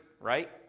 right